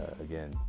again